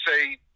say